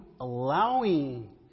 allowing